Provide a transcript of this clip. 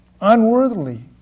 unworthily